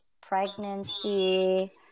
pregnancy